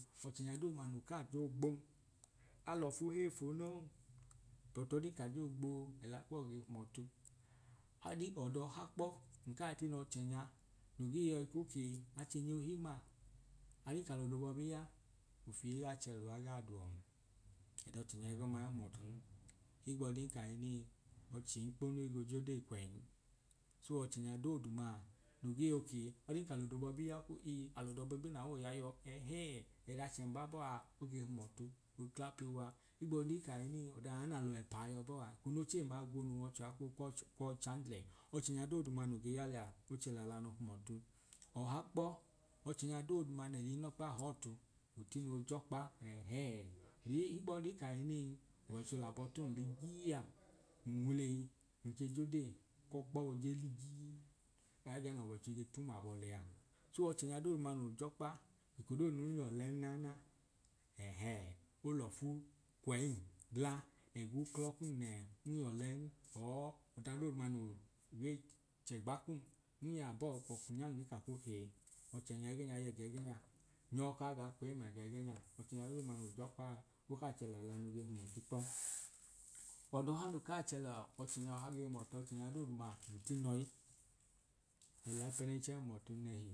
Ọchẹnya dooduma noo ka jọọ gbo. Alọfu heifuu non but ọdin ka jọọ gboo ẹla kuwo ge hum ọtu hadin ọdọha kpọ nkaa tin’ọchẹnya no gee yọi okee achẹnya ohimma ajen ka lọdobọbi ya ufii gaa chẹluwa gaa duọn ẹdọchẹnya ẹgọma ihum ọtun higbọdin kahinii ọcheikpo ige jode kwẹin so ọchẹnya dooduma no gee yọ okee ọdan ka lọdo bọbi ya oko ii alọdobọbi n’awọọ ya yọọ ẹhẹẹ ẹdachẹ mbabọọ aa oge hum ọtu nkla piuwa higbọdin kahinin ọdan ya nalọ wẹpaa yẹbọọ a eko nochee ma gwonuu ọchẹha koo kwọọ chamblẹ ọchẹnya dooduma no ge ya lẹa ochẹ lalanu hum ọtu, ọha kpọ ọchẹnya dooduma n’ẹlinọkpa họọtu noo tino jọkpa ẹhẹẹ ee higbọdin kahinin ọwọicho labọ tum ligii a n nwulei nke jodee higbo kpa oje ligii nka hẹbẹge n’owoicho tum abọọ lẹya so ọchẹnya dooduma no jọkpa ekodooduma nun yọlẹn naana ẹhẹẹ olọfu kwẹyim gla ẹg’uklọ kum nẹẹ n’yolen oo ọdadooduma noo gee chẹgba kum nun yabọọ ọkwọọ ku nyan ngee ka okee ọchẹnya ẹgẹnya yẹga ẹgẹnya nyọ kaa ga kwẹyi kum ẹga ẹgẹnya. Ọchẹnya dooduma no jọkpaa okaa chẹ lẹla kunu ge hum ọtu kpọ. Ọdọha no kaa chẹ lọchẹnya ọha ge hum ọtu a ọchẹnya no tin’oyi, ẹl’aipẹ nẹnchẹ a hum ọtu nẹhi